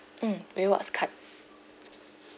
mm rewards card